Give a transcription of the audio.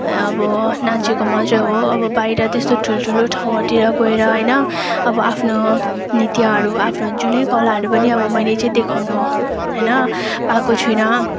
अब नाचेको मात्रै हो अब बाहिर त्यस्तो ठुल्ठुलो ठाउँहरूतिर गएर होइन अब आफ्नो नृत्यहरू आफ्नो जुनै कलाहरू पनि अब मैले चाहिँ देखाउनु होइन पाएको छुइनँ